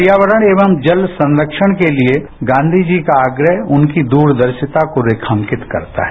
पर्यावरण एवं जल संरक्षण के लिए गांधी जी का आग्रह उनकी दूरदर्शिता को रेखांकित करता है